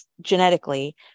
genetically